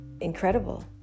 incredible